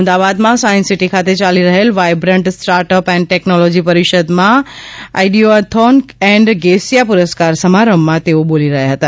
અમદાવાદમાં science city ખાતે ચાલી રહેલ વાયબ્રન્ટ સ્ટાર્ટઅપ એન્ડ ટેકનોલોજી પરિષદમાં આઇડિયાથીન એન્ડ ગેસીયા પુરસ્કાર સમારંભમાં તેઓ બોલી રહ્યા હતા